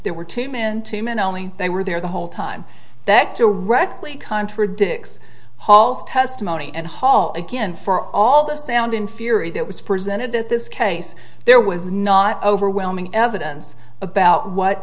there were two men two men only they were there the whole time that directly contradicts paul's testimony and hall again for all the sound inferi that was presented at this case there was not overwhelming evidence about what